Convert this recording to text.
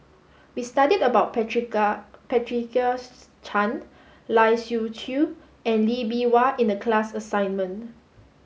we studied about Patricia Patricia Chan Lai Siu Chiu and Lee Bee Wah in the class assignment